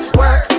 work